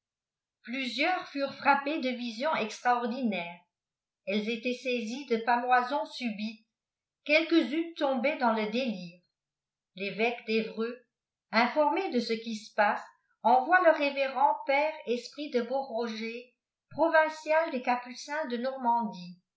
plusieurs fàrent frappées de visions extraordinaires elles étaient sameê de pâmoisons subites quelques unes tombaient dans le délire l'évêqne d'evreut informé de ce qui se passe envoie le révérend père esprit de bosroger provincial des capocins de jormandie